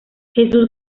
jesús